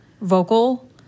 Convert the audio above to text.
vocal